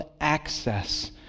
access